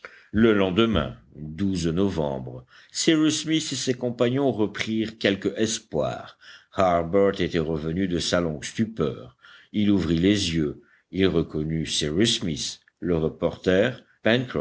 le lendemain novembre cyrus smith et ses compagnons reprirent quelque espoir harbert était revenu de sa longue stupeur il ouvrit les yeux il reconnut cyrus smith le reporter